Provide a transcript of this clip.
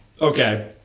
Okay